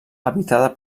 habitada